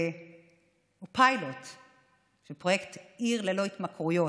הוא פיילוט של פרויקט עיר ללא התמכרויות.